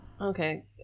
okay